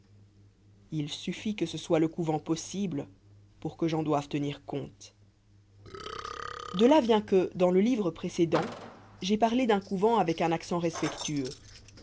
il suffit que ce soit le couvent possible pour que j'en doive tenir compte de là vient que dans le livre précédent j'ai parlé d'un couvent avec un accent respectueux